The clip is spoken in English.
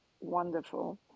wonderful